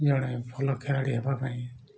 ଜଣେ ଭଲ ଖେଳାଳି ହେବା ପାଇଁ